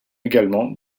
également